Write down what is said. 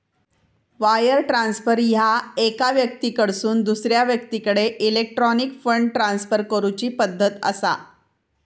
wire transfer ह्या एका व्यक्तीकडसून दुसरा व्यक्तीकडे इलेक्ट्रॉनिक फंड ट्रान्सफर करूची पद्धत असा